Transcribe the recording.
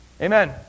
Amen